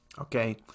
Okay